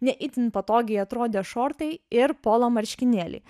ne itin patogiai atrodę šortai ir polo marškinėliai